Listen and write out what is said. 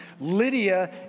Lydia